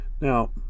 Now